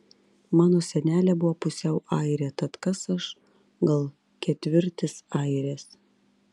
mano senelė buvo pusiau airė tad kas aš gal ketvirtis airės